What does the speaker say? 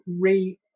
great